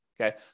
Okay